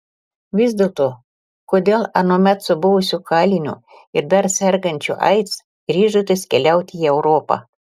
vis dėlto kodėl anuomet su buvusiu kaliniu ir dar sergančiu aids ryžotės keliauti į europą